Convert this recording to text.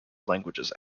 languages